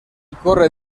corre